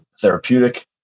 therapeutic